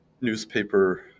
newspaper